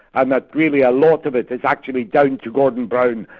and that really a lot of it is actually down to gordon brown,